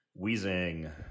Weezing